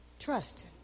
Trust